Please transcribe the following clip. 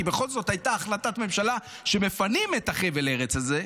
כי בכל זאת הייתה החלטת ממשלה שמפנים את חבל הארץ הזה,